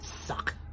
suck